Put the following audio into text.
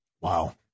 Wow